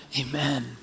Amen